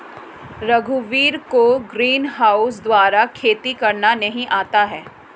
रघुवीर को ग्रीनहाउस द्वारा खेती करना नहीं आता है